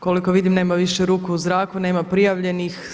Koliko vidim nema više ruku u zraku, nema prijavljenih.